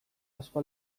asko